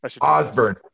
Osborne